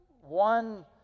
one